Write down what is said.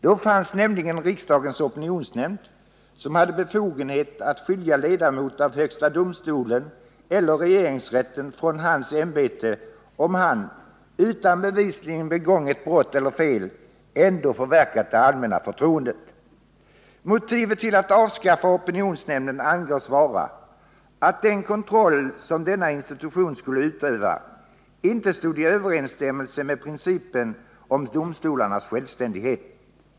Då fanns nämligen riksdagens opinionsnämnd, som hade befogenhet att skilja ledamot av högsta domstolen eller regeringsrätten från hans ämbete, om han, utan bevisligen begånget brott eller fel, ändå förverkat det allmänna förtroendet. Motivet till att avskaffa opinionsnämnden angavs vara att den kontroll som denna institution skulle utöva inte stod i överensstämmelse med principen om domstolarnas självständighet.